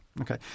Okay